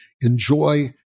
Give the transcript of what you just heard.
enjoy